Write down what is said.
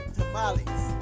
Tamales